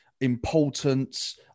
importance